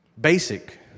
Basic